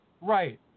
Right